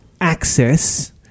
access